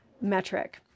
metric